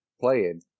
playing